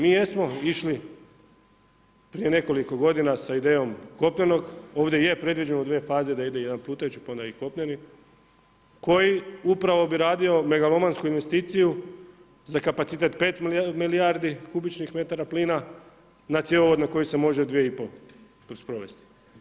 Mi jesmo išli prije nekoliko godina sa idejom kopnenog, ovdje je predviđeno u dve faze da ide jedan plutajući pa onda i kopneni koji upravo bi radio megalomansku investiciju za kapacitet 5 milijardi kubičnih metara plina na cjevovod na koji se može 2 i pol sprovesti.